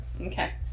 okay